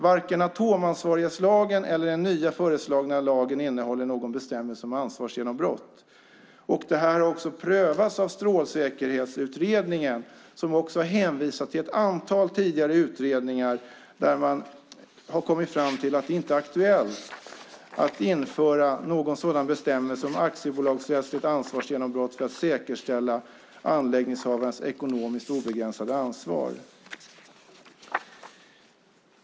Varken atomansvarighetslagen eller den nya föreslagna lagen innehåller någon bestämmelse om ansvarsgenombrott. Detta har också prövats av Strålsäkerhetsutredningen som också har hänvisat till ett antal tidigare utredningar där man har kommit fram till att det inte är aktuellt att införa någon sådan bestämmelse om aktiebolagsrättsligt ansvarsgenombrott för att säkerställa anläggningshavarens ekonomiskt obegränsade ansvar.